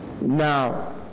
Now